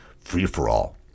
free-for-all